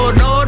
no